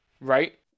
right